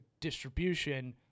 distribution